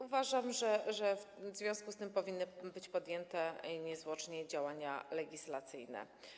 Uważam, że w związku z tym powinny być podjęte niezwłocznie działania legislacyjne.